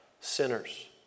sinners